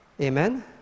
Amen